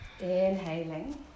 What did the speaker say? Inhaling